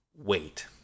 wait